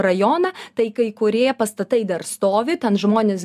rajoną tai kai kurie pastatai dar stovi ten žmonės